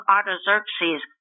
Artaxerxes